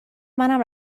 منم